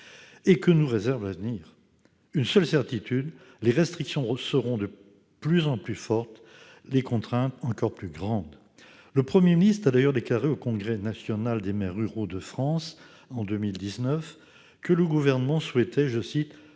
etc. Que nous réserve l'avenir ? Nous n'avons qu'une seule certitude : les restrictions seront de plus en plus fortes et les contraintes encore plus grandes. Le Premier ministre a d'ailleurs déclaré au congrès de l'Association des maires ruraux de France, en 2019, que le Gouvernement souhaitait « lutter